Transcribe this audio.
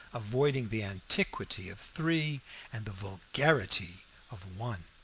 avoiding the antiquity of three and the vulgarity of one.